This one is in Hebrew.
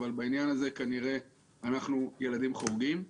אבל בעניין זה כנראה אנחנו ילדים חורגים.